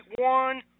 one